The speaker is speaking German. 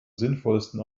sinnvollsten